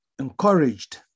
encouraged